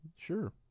Sure